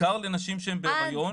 בעיקר לנשים שהן בהיריון.